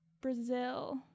Brazil